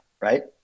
right